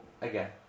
again